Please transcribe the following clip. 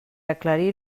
aclarir